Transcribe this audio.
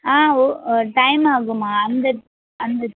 ஆ ஓ ஒ டைம் ஆகுமா அந்த அந்த